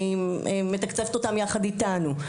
אני מתקצבת אותן יחד איתנו.